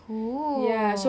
cool